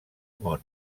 món